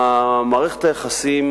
מערכת היחסים,